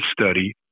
study